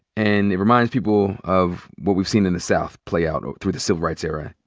and it reminds people of what we've seen in the south play out through the civil rights era.